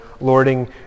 lording